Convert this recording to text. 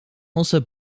also